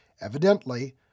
evidently